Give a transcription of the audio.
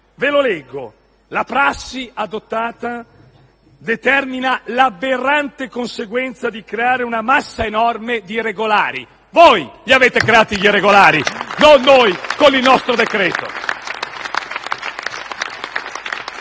Leggo: la prassi adottata determina l'aberrante conseguenza di creare una massa enorme di irregolari. Voi li avete creati gli irregolari, non noi con il nostro decreto.